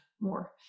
more